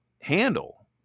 handle